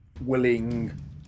willing